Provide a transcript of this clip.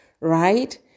right